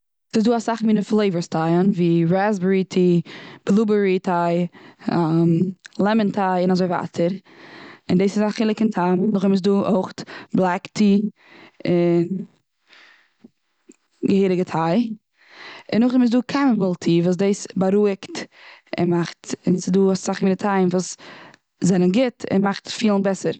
ס'איז דא אסאך מיני פלעיווארס טייען, ווי רעסבערי טיי, בלובערי טיי, לעמאן טיי און אזוי ווייטער. און דאס איז א חילוק אין טעם. נאכדעם איז דא אויך בלעק טי, און געהעריגע טיי. און נאכדעם איז דא קעמעמיל טיי וואס דאס בארואיגט, און מאכט און ס'איז דא אסאך מיני טייען וואס זענען גוט, און מאכט פילן בעסער.